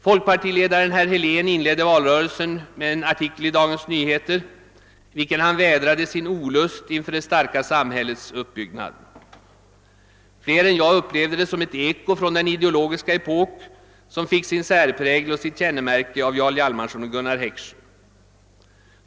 Folkpartiledaren herr Helén inledde valrörelsen med en artikel i Dagens Nyheter, i vilken han vädrade sin olust inför det starka samhällets uppbyggnad. Fler än jag upplevde det som ett eko från den ideologiska epok som fick sin särprägel och sitt kännemärke av Jarl Hjalmarson och Gunnar Heckscher.